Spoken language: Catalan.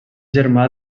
germà